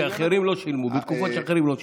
כשאחרים לא שילמו, בתקופות שאחרים לא שילמו.